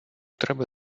треба